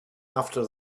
after